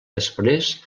després